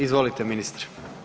Izvolite ministre.